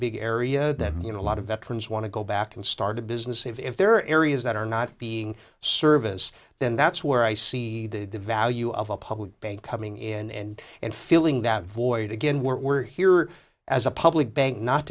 big area that you know a lot of veterans want to go back and start a business if there are areas that are not being service then that's where i see the value of a public bank coming in and filling that void again we're here as a public bank not